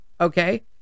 okay